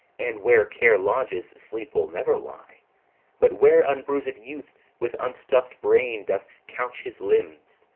and where care lodges sleep will never lie but where unbruised youth with unstuff'd brain doth couch his limbs,